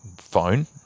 phone